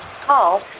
Call